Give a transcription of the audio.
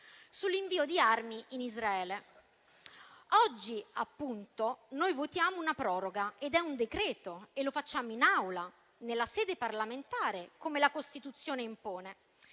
sull'invio di armi in Israele. Oggi, appunto, noi votiamo una proroga. È un decreto e lo votiamo in Aula, nella sede parlamentare, come la Costituzione impone.